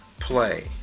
play